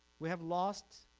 we have lost